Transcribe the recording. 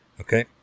Okay